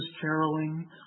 caroling